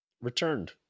returned